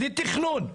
לתכנון.